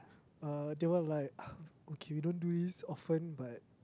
uh they were like okay we don't do this often but